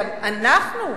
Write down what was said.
גם אנחנו,